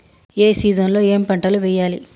ఏ season లో ఏం పంటలు వెయ్యాలి?